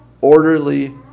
orderly